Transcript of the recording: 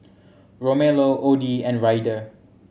Romello Odie and Ryder